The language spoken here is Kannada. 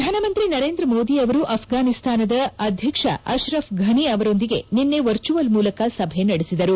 ಪ್ರಧಾನಮಂತ್ರಿ ನರೇಂದ್ರ ಮೋದಿ ಅವರು ಅಫ್ಘಾನಿಸ್ತಾನದ ಅಧ್ವಕ್ಷ ಅಶ್ರಫ್ ಫನಿ ಅವರೊಂದಿಗೆ ನಿನ್ನೆ ವರ್ಚುವಲ್ ಮೂಲಕ ಸಭೆ ನಡೆಸಿದರು